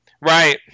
Right